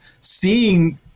seeing